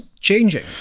changing